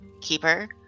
keeper